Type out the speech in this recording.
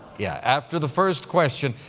yeah, after the first question,